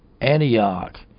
Antioch